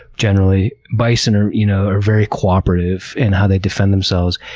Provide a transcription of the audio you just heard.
generally. bison are you know are very cooperative in how they defend themselves.